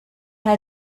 had